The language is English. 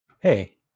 hey